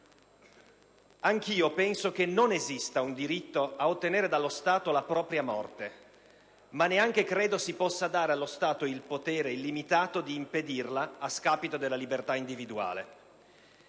Anch'io penso che non esista un diritto ad ottenere dallo Stato la propria morte, ma neanche credo si possa dare allo Stato il potere illimitato di impedirla, a scapito della libertà individuale.